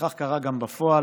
וכך קרה גם בפועל.